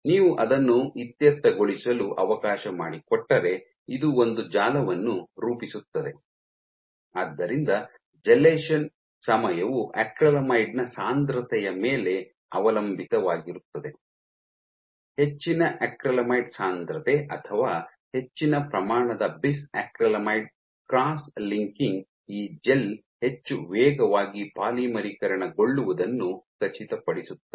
ನೀವು ಅದನ್ನು ಇತ್ಯರ್ಥಗೊಳಿಸಲು ಅವಕಾಶ ಮಾಡಿಕೊಟ್ಟರೆ ಇದು ಒಂದು ಜಾಲವನ್ನು ರೂಪಿಸುತ್ತದೆ ಆದ್ದರಿಂದ ಜೆಲ್ಲೆಶನ್ ಸಮಯವು ಅಕ್ರಿಲಾಮೈಡ್ ನ ಸಾಂದ್ರತೆಯ ಮೇಲೆ ಅವಲಂಬಿತವಾಗಿರುತ್ತದೆ ಹೆಚ್ಚಿನ ಅಕ್ರಿಲಾಮೈಡ್ ಸಾಂದ್ರತೆ ಅಥವಾ ಹೆಚ್ಚಿನ ಪ್ರಮಾಣದ ಬಿಸ್ ಅಕ್ರಿಲಾಮೈಡ್ ಕ್ರಾಸ್ ಲಿಂಕಿಂಗ್ ಈ ಜೆಲ್ ಹೆಚ್ಚು ವೇಗವಾಗಿ ಪಾಲಿಮರೀಕರಣಗೊಳ್ಳುವುದನ್ನು ಖಚಿತಪಡಿಸುತ್ತದೆ